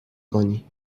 کنی